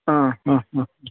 ആ ഹാ ഹാ അ